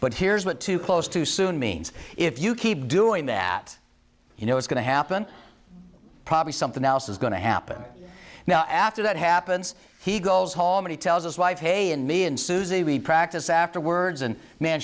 but here's what too close too soon means if you keep doing that you know it's going to happen probably something else is going to happen now after that happens he goes home and tells us wife hey and me and susie we practice afterwards and man